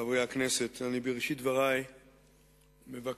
חברי הכנסת, בראשית דברי אני מבקש,